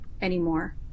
anymore